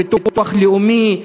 ביטוח לאומי,